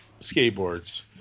skateboards